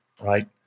right